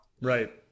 Right